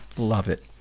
love it.